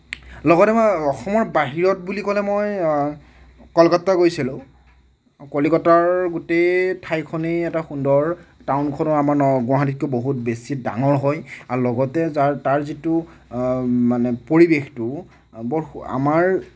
লগতে মই অসমত বাহিৰত বুলি ক'লে মই কলকাতা গৈছিলোঁ কলিকতাৰ গোটেই ঠাইখনেই এটা সুন্দৰ টাউনখনো আমাৰ ন গুৱাহাটীতকৈ বহুত বেছি ডাঙৰ হয় আৰু লগতে যাৰ তাৰ যিটো মানে পৰিৱেশটোও বৰ সু আমাৰ